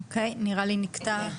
נצליח.